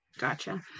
Gotcha